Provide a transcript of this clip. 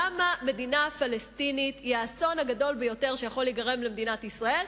למה מדינה פלסטינית היא האסון הגדול ביותר שיכול להיגרם למדינת ישראל.